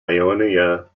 ionia